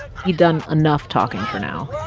he'd done enough talking for now